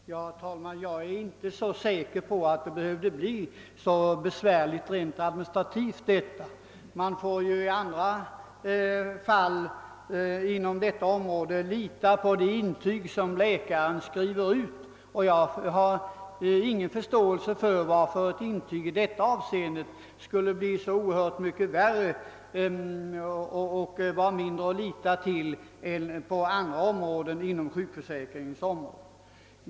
Herr talman! Jag är inte säker på att detta skulle bli så besvärligt rent administrativt. Man får ju i andra fall inom detta område lita på de intyg som läkarna skriver ut. Jag har ingen förståelse för varför ett intyg i detta avseende skulle medföra mer problem och vara mindre att lita till än intyg på andra områden inom sjukförsäkringen.